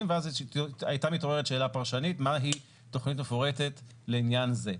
ואז היתה מתעוררת שאלה פרשנית מה היא תכנית מפורטת לעניין זה.